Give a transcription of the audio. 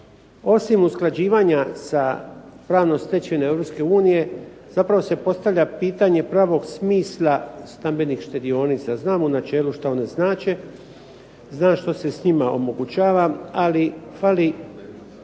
osim usklađivanja sa pravnom stečevinom Europske unije zapravo se postavlja pitanje pravog smisla stambenih štedionica. Znamo u načelu što one znače, znam što se s njima omogućava. Ali fali